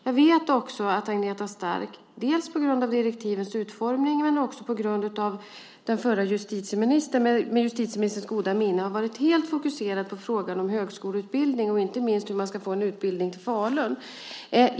Jag vet också att Agneta Stark, på grund av direktivens utformning men också på grund av den förra justitieministern, med justitieministerns goda minne har varit helt fokuserad på frågan om högskoleutbildning och inte minst på hur man ska få en utbildning till Falun.